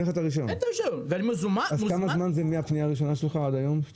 כמה זמן חלף מהפנייה הראשונה שלך ועד היום?